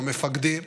המפקדים,